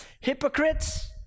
Hypocrites